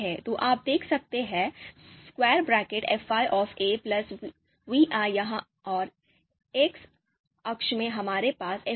तो आप देख सकते हैंfi viयहां और एक्स अक्ष में हमारे पास fi है